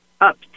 up